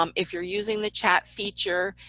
um if you're using the chat feature,